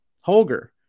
Holger